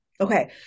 Okay